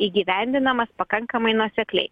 įgyvendinamas pakankamai nuosekliai